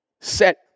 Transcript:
set